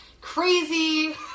crazy